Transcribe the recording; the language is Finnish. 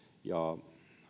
ja